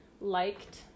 liked